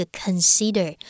consider